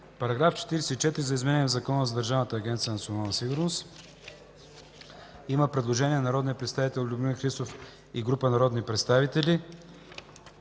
Параграф 44 е за изменение в Закона за Държавна агенция „Национална сигурност”. Има предложение от народния представител Любомир Христов и група народни представители.